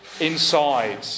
inside